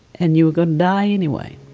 and you were gonna die anyway.